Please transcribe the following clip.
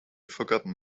forgotten